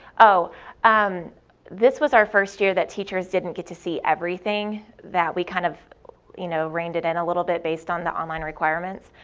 um this was our first year that teachers didn't get to see everything that we kind of you know reined it and a little bit, based on the online requirements,